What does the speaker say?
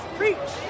preach